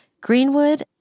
Greenwood